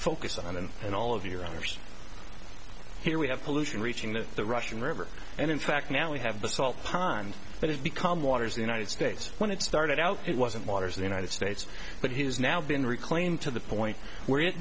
focus on and and all of your honors here we have pollution reaching to the russian river and in fact now we have the salt pond but it's become waters the united states when it started out it wasn't waters the united states but he has now been reclaimed to the point where it